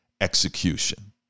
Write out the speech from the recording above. execution